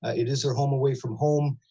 it is their home away from home,